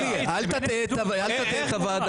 אל תטעה את הוועדה.